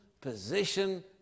position